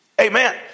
Amen